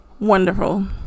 Wonderful